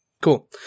Cool